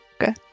Okay